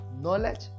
Knowledge